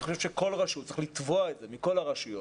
אני חושב שצריך לתבוע את זה מכל הרשויות,